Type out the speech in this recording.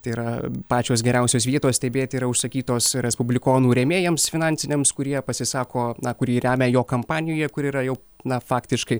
tai yra pačios geriausios vietos stebėti yra užsakytos respublikonų rėmėjams finansiniams kurie pasisako na kurį remia jo kampanijoje kur yra jau na faktiškai